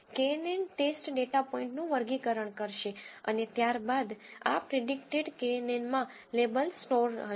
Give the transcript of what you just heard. KNN test data પોઇન્ટનું વર્ગીકરણ કરશે અને ત્યારબાદ આ પ્રીડીકટેડ કેએનએનમાં લેબલ્સ સ્ટોર કરશે